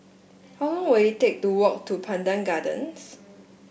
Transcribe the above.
how long will it take to walk to Pandan Gardens